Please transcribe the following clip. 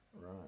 right